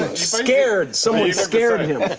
scared, someone scared him.